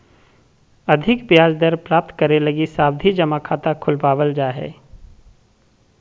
अधिक ब्याज दर प्राप्त करे लगी सावधि जमा खाता खुलवावल जा हय